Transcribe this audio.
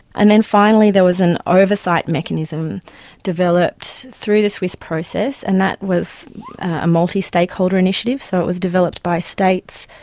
and then finally there was an oversight mechanism developed through the swiss process, and that was a multi-stakeholder initiative, so it was developed by states,